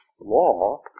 law